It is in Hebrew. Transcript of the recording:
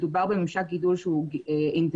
מדובר בממשק גידול שהוא אינטנסיבי.